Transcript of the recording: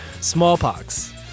Smallpox